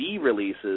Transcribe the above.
releases